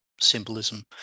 symbolism